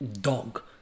Dog